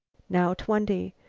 now twenty,